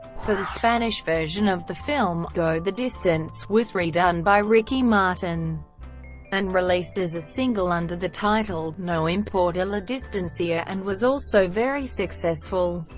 for the spanish version of the film, go the distance was redone by ricky martin and released as a single under the title no importa la distancia and was also very successful,